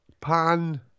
Pan